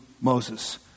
Moses